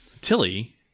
Tilly –